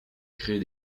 créer